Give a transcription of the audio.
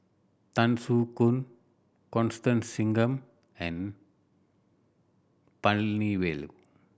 Tan Soo Khoon Constance Singam and N Palanivelu